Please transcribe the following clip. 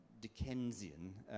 Dickensian